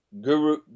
Guru